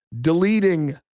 deleting